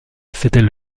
s’était